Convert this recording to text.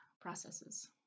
processes